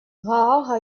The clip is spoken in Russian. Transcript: гаага